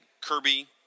Kirby